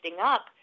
up